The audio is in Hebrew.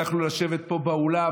לא יכלו לשבת פה באולם.